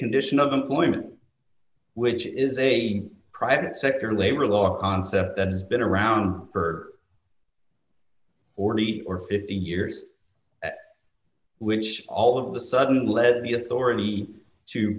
condition of employment which is a private sector labor law concept that has been around for forty or fifty years which all of the sudden led to the authority to